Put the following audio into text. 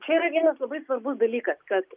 čia yra vienas labai svarbus dalykas kad